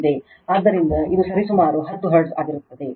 ಆದ್ದರಿಂದ ಇದು ಸರಿಸುಮಾರು 10 ಹರ್ಟ್ಜ್ ಆಗಿರುತ್ತದೆ